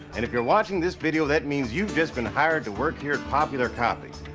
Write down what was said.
and if you're watching this video, that means you've just been hired to work here at popular copy.